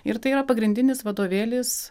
ir tai yra pagrindinis vadovėlis